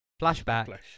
Flashback